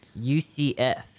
UCF